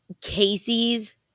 Casey's